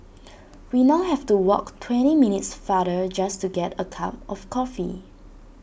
we now have to walk twenty minutes farther just to get A cup of coffee